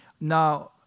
Now